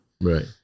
Right